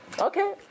Okay